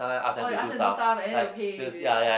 orh they ask you to do stuff and then they will pay is it